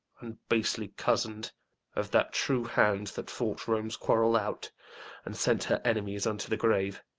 and basely cozen'd of that true hand that fought rome's quarrel out and sent her enemies unto the grave.